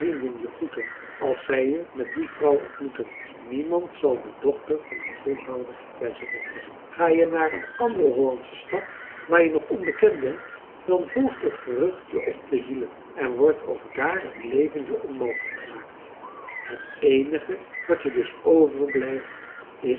je groeten als zij je met die vrouw ontmoeten niemand zal de dochter van een kroeghouder bij zich ontvangen ga je naar een andere hollandsche stad waar je nog onbekend bent dan volgt het gerucht je op de hielen en wordt ook daar het leven je onmogelijk gemaakt het eenige wat je dus overblijft is